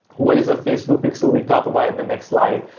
what is a facebook pixel? we talk about it the next slide.